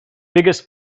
biggest